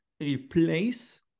replace